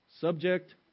subject